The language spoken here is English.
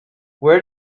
where